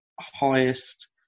highest